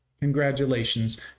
Congratulations